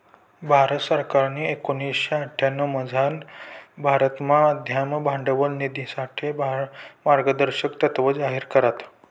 भारत सरकारनी एकोणीशे अठ्यांशीमझार भारतमा उद्यम भांडवल निधीसाठे मार्गदर्शक तत्त्व जाहीर करात